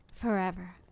Forever